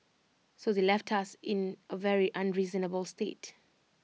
so they left us in A very unreasonable state